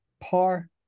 par